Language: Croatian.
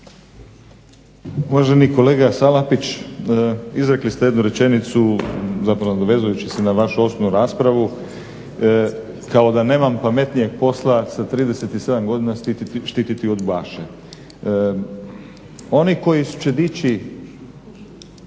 Uvaženi kolega Salapić, izrekli ste jednu rečenicu zapravo nadovezujući se na vašu osnovnu raspravu kao da nemam pametnijeg posla sa 37 godina štititi udbaše. Oni koji će dići